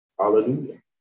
hallelujah